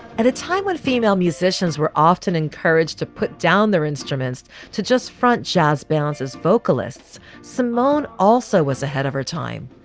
at a time when female musicians were often encouraged to put down their instruments to just front jazz bounces vocalists, somone also was ahead of her time.